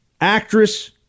actress